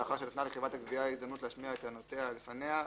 לאחר שנתנה לחברת הגבייה הזדמנות להשמיע את טענותיה לפניה,